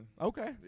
Okay